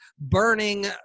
burning